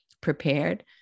prepared